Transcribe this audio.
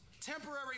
temporary